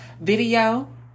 video